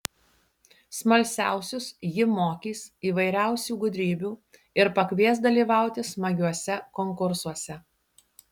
smalsiausius ji mokys įvairiausių gudrybių ir pakvies dalyvauti smagiuose konkursuose